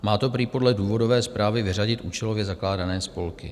Má to prý podle důvodové zprávy vyřadit účelově zakládané spolky.